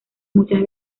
muchas